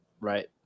right